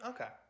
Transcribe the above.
Okay